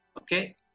Okay